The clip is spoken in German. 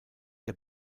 der